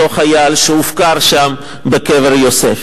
אותו חייל שהופקר שם בקבר יוסף.